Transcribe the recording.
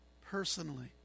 personally